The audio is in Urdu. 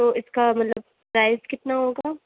تو اِس کا مطلب پرائس کتنا ہوگا